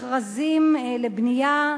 מכרזים לבנייה.